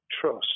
trust